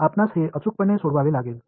आपणास हे अचूकपणे सोडवावे लागेल